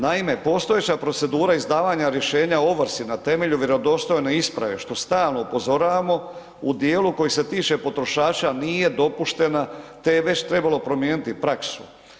Naime, postojeća procedura izdavanja rješenja o ovrsi na temelju vjerodostojne isprave, što stalno upozoravamo, u dijelu koji se tiče potrošača nije dopuštena te je već trebalo promijeniti praksu.